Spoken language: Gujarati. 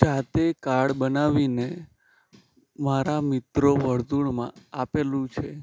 જાતે કાડ બનાવીને મારા મિત્રો વર્તુળમાં આપેલું છે